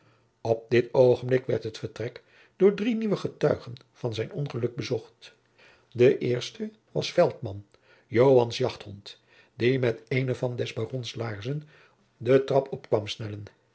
op dit oogenblik werd het vertrek door drie nieuwe getuigen van zijn ongeluk bezocht de eerste was veltman joans jachthond die met eene van des barons laarzen de trap op kwam snellen